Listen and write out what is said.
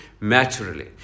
naturally